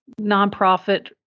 nonprofit